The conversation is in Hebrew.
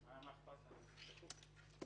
המספרים --- מה הקנסות היו?